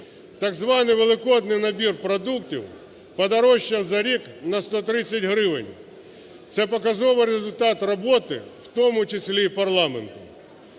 так званий великодній набір продуктів подорожчав за рік на 130 гривень. Це показовий результат роботи в тому числі і парламенту.